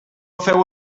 feu